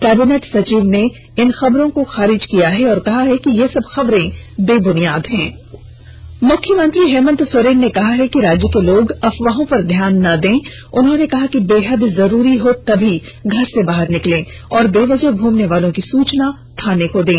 cabinet सचिव ने इन खबरों को खारिज किया है और कहा है कि ये सब खबरें बेबुनियाद हैं मुख्यमंत्री हेमंत सोरेन ने कहा कि राज्य के लोग अफवाहों पर ध्यान ना दें उन्होंने कहा कि बेहद जरूरी हो तमी घर से बाहर निकलें और बेवजह घूमने वालों की सूचना थाना को दें